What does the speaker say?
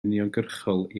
uniongyrchol